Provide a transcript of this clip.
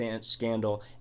scandal